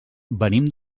venim